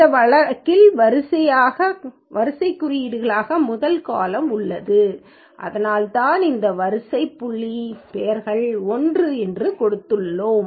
இந்த வழக்கில் வரிசைக் குறியீடுகளாக முதல் காலம் உள்ளது அதனால்தான் இந்த வரிசை புள்ளி பெயர்களை 1 எனக் கொடுத்துள்ளோம்